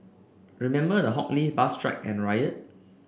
remember the Hock Lee bus strike and riot